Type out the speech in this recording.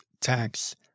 tax